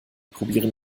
probieren